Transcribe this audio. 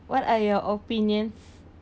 what are your opinions